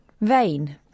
vain